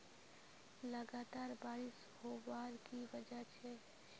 लगातार बारिश होबार की वजह छे?